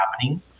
happening